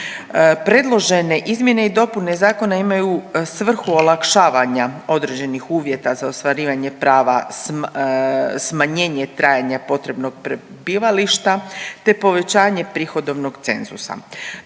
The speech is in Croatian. Predložene izmjene i dopune zakona imaju svrhu olakšavanja određenih uvjeta za ostvarivanje prava smanjenje trajanja potrebnog prebivališta, te povećanje prihodovnog cenzusa.